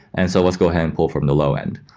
and so let's go ahead and pull from the low end.